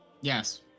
Yes